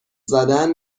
زدن